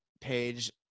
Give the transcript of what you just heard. page